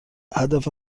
هدف